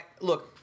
Look